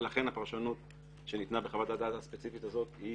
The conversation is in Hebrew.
ולכן הפרשנות שניתנה בחוות הדעת הספציפית הזאת היא